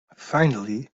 finally